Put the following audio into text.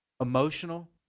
emotional